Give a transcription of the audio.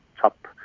top